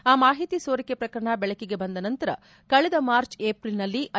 ಆ ಮಾಹಿತಿ ಸೋರಿಕೆ ಪ್ರಕರಣ ಬೆಳಕಿಗೆ ಬಂದ ನಂತರ ಕಳೆದ ಮಾರ್ಚ್ ಎಪ್ರಿಲ್ನಲ್ಲಿ ಐ